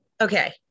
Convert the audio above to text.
okay